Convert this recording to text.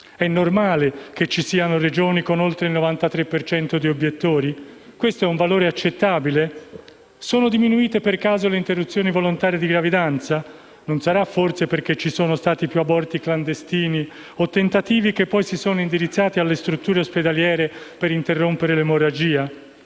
È normale che ci siano Regioni con oltre il 93 per cento di obiettori? Questo è un valore accettabile? Sono diminuite per caso le interruzioni volontarie di gravidanza? Non sarà forse che ci sono stati più aborti clandestini o tentativi che poi si sono indirizzati alle strutture ospedaliere per interrompere l'emorragia?